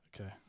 Okay